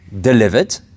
Delivered